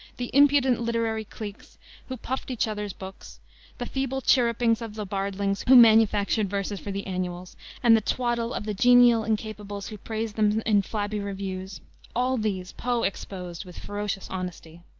the impudent literary cliques who puffed each other's books the feeble chirrupings of the bardlings who manufactured verses for the annuals and the twaddle of the genial incapables who praised them in flabby reviews all these poe exposed with ferocious honesty.